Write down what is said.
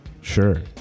Sure